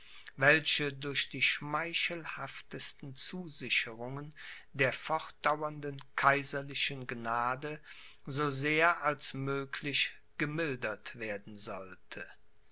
welche durch die schmeichelhaftesten zusicherungen der fortdauernden kaiserlichen gnade so sehr als möglich gemildert werden sollte